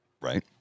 Right